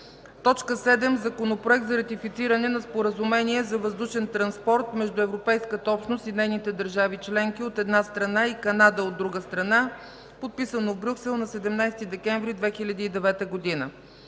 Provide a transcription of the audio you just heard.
съвет. 7. Законопроект за ратифициране на Споразумение за въздушен транспорт между Европейската общност и нейните държави членки, от една страна, и Канада, от друга страна, подписано в Брюксел на 17 декември 2009 г.